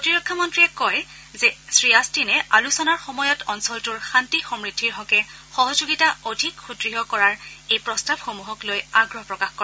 প্ৰতিৰক্ষা মন্ত্ৰীয়ে কয় যে শ্ৰীআট্টিনে আলোচনাৰ সময়ত অঞ্চলটোৰ শান্তি সমৃদ্ধিৰ হকে সহযোগিতা অধিক সুদৃঢ় কৰাৰ এই প্ৰস্তাৱসমূহক লৈ আগ্ৰহ প্ৰকাশ কৰে